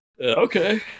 Okay